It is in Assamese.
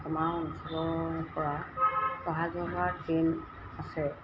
আমাৰ অঞ্চলৰ পৰা অহা যোৱা কৰা ট্ৰেইন আছে